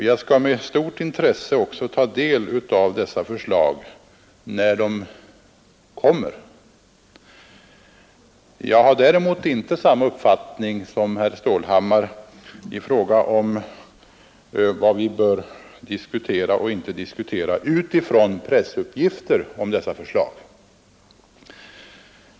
Jag skall med stor uppmärksamhet ta del av dessa förslag när de läggs fram. Jag har däremot inte samma uppfattning som herr Stålhammar i fråga om vad vi bör diskutera och inte diskutera utifrån pressuppgifter om dessa förslag.